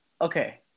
okay